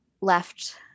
left